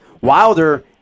Wilder